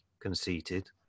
conceited